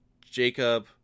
Jacob